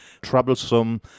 troublesome